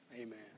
Amen